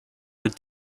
would